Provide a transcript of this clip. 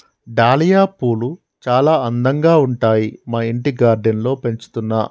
dahlia పూలు చాల అందంగా ఉంటాయి మా ఇంటి గార్డెన్ లో పెంచుతున్నా